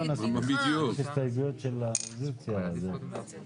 נדון בהסתייגויות שלהם,